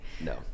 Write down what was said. No